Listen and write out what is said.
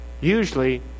Usually